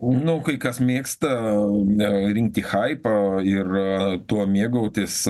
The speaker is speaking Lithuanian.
nu kai kas mėgsta ne rinkti haipą o ir tuo mėgautis